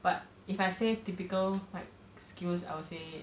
but if I say typical like skills I would say